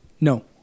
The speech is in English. No